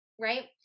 right